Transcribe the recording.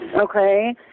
Okay